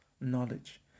knowledge